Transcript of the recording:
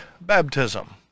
baptism